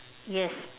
yes